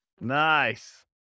Nice